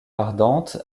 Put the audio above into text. ardente